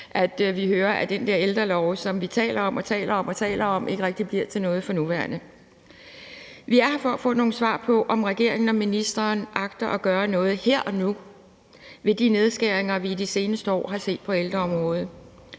formiddag, at den der ældrelov, som vi taler og taler om, ikke rigtig bliver til noget for nuværende. Vi er her for at få nogle svar på, om regeringen og ministeren agter at gøre noget her og nu ved de nedskæringer, vi i de seneste år har set på ældreområdet.